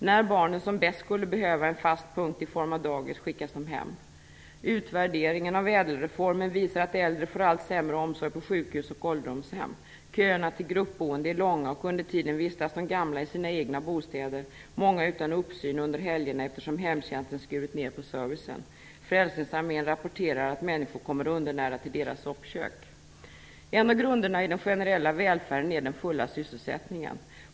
När barnen som bäst skulle behöva en fast punkt i form av dagis skickas de hem. Köerna till gruppboende är långa. Under tiden vistas de gamla i sina egna bostäder - många utan tillsyn under helgerna, eftersom hemtjänsten skurit ned på sin service. Frälsningsarmén rapporterar att människor kommer undernärda till dess soppkök. En av grunderna i den generella välfärden är den fulla sysselsättningen.